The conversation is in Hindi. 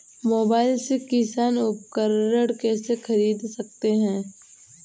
मोबाइल से किसान उपकरण कैसे ख़रीद सकते है?